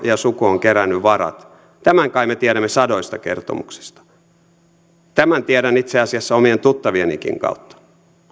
ja suku on kerännyt varat tämän kai me tiedämme sadoista kertomuksista tämän tiedän itse asiassa omien tuttavienikin kautta